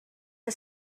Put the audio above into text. que